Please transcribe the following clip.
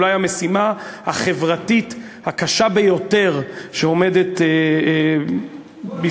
אולי המשימה החברתית הקשה ביותר שעומדת בפניה,